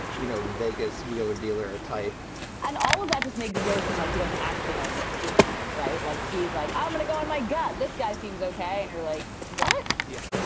you know, vegas wheeler dealer type and all of that just makes joe seem like he doesn't actually know what he's doing. right. like, he's like, i'm going to go in my gut. this guy seems ok. and you're like, what? yes.